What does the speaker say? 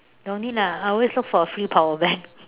don't need lah I always look for a free power bank